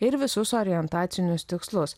ir visus orientacinius tikslus